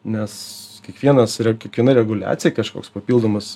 nes kiekvienas kiekviena reguliacija kažkoks papildomas